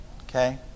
Okay